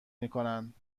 میکنند